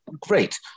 great